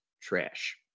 trash